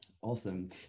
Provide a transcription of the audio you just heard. Awesome